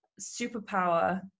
superpower